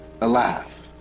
alive